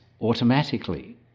automatically